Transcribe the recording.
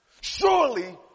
surely